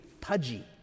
pudgy